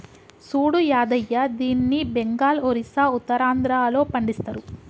సూడు యాదయ్య దీన్ని బెంగాల్, ఒరిస్సా, ఉత్తరాంధ్రలో పండిస్తరు